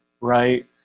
Right